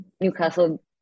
newcastle